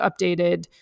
updated